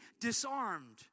disarmed